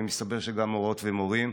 ומסתבר שגם מורות ומורים.